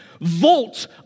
vault